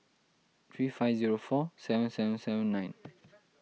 three five zero four seven seven seven nine